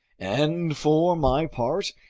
and for my part,